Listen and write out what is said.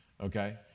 okay